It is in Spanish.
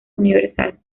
universal